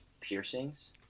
piercings